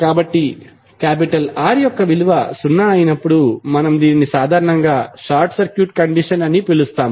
కాబట్టి R యొక్క విలువ సున్నా అయినప్పుడు మనము దీనిని సాధారణంగా షార్ట్ సర్క్యూట్ కండిషన్ అని పిలుస్తాము